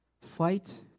Fight